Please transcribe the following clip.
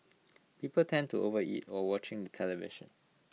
people tend to overeat while watching the television